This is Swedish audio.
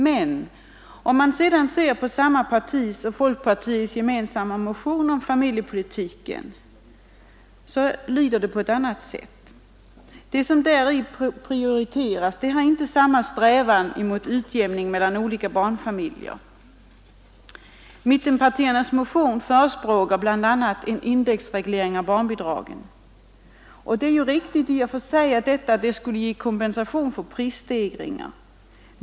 Men om man sedan ser på centerns och folkpartiets gemensamma motion om familjepolitiken, finner man att den lyder på ett annat sätt. Det som däri prioriteras har inte samma syfte mot utjämning mellan olika barnfamiljer. Mittenpartiernas motion förespråkar bl.a. en indexreglering av barnbidragen. Det är i och för sig riktigt att detta skulle ge kompensation för prisstegringar.